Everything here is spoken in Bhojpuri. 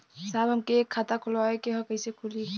साहब हमके एक खाता खोलवावे के ह कईसे खुली?